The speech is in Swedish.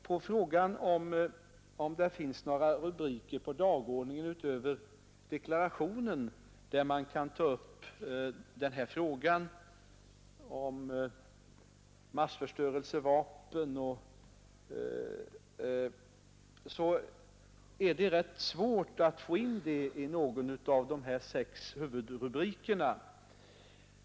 På frågan om det finns några rubriker på dagordningen, utöver deklarationen, där man kan ta upp frågan om massförstörelsevapen etc. måste jag svara att det är rätt svårt att få in den under någon av de sex huvudrubrikerna.